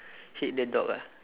hit the dog ah